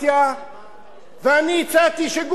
ואני הצעתי שגוף אחד יטפל בהם.